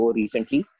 recently